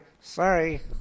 Sorry